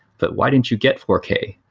but why didn't you get four k?